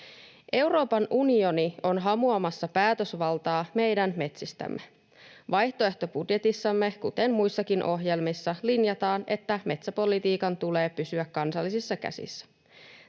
Euroopan unioni on hamuamassa päätösvaltaa meidän metsistämme. Vaihtoehtobudjetissamme kuten muissakin ohjelmissamme linjataan, että metsäpolitiikan tulee pysyä kansallisissa käsissä.